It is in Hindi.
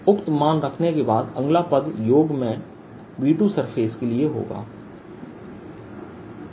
उक्त मान रखने के बाद अगला पद योग में V2 सरफेस के लिए है